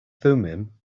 thummim